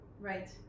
Right